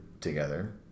together